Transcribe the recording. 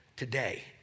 Today